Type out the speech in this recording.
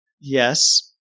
Yes